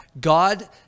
God